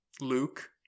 Luke